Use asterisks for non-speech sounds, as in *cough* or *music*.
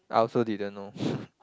I also didn't know *laughs*